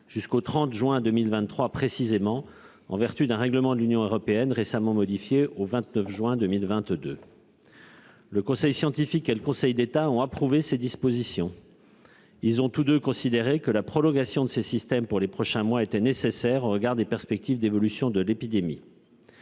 jusqu'au 30 juin 2023, en vertu d'un règlement de l'Union européenne modifié le 29 juin 2022. Le Conseil scientifique et le Conseil d'État ont approuvé de telles dispositions. Ils ont tous deux considéré que la prolongation de ces systèmes pour les prochains mois était nécessaire au regard des perspectives d'évolution de l'épidémie.